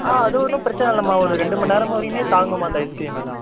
ஆ அது ஒன்றும் பிரச்சனை இல்லைம்மா ஒரு ரெண்டு மணி நேரம் வரையும் தாங்கும்மா அந்த ஐஸ்கிரீம்